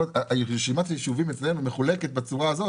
רשימת היישובים אצלנו מחולקת בצורה הזאת.